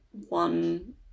one